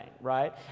right